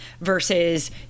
versus